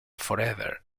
forever